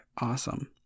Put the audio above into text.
awesome